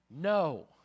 No